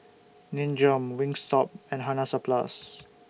Nin Jiom Wingstop and Hansaplast